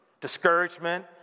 discouragement